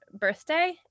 birthday